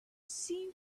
seen